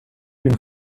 une